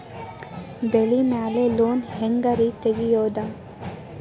ಬೆಳಿ ಮ್ಯಾಲೆ ಲೋನ್ ಹ್ಯಾಂಗ್ ರಿ ತೆಗಿಯೋದ?